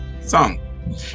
song